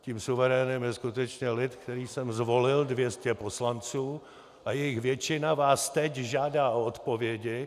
Tím suverénem je skutečně lid, který sem zvolil 200 poslanců a jejich většina vás teď žádá o odpovědi.